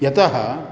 यतः